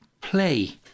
play